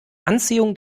anziehung